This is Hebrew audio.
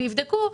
ויבדקו,